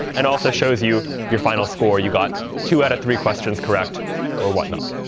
and also shows you your final score. you got two out of three questions correct or whatnot.